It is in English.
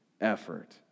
effort